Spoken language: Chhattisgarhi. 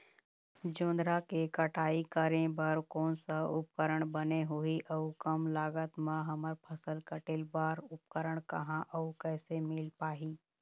जोंधरा के कटाई करें बर कोन सा उपकरण बने होही अऊ कम लागत मा हमर फसल कटेल बार उपकरण कहा अउ कैसे मील पाही?